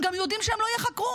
הם גם יודעים שהם לא ייחקרו.